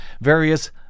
various